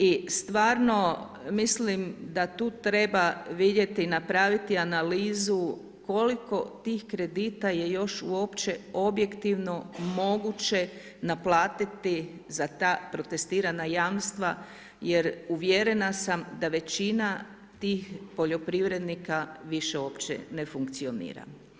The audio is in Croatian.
I stvarno, mislim da tu treba vidjeti i napraviti analizu koliko tih kredita je još uopće objektivno moguće naplatiti za ta protestirana jamstva jer uvjerena sam da većina tih poljoprivrednika više uopće ne funkcionira.